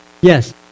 Yes